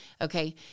Okay